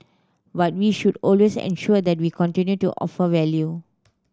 but we should always ensure that we continue to offer value